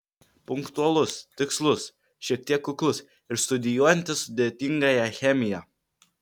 punktualus tikslus šiek tiek kuklus ir studijuojantis sudėtingąją chemiją